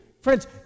Friends